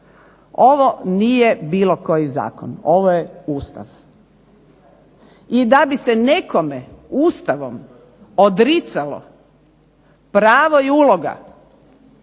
Ovo nije bilo koji zakon, ovo je Ustav i da bi se nekom Ustavom odricalo pravo i uloga